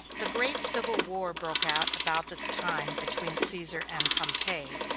the great civil war broke out about this time between caesar and pompey.